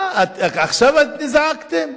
עכשיו רק נזעקתם?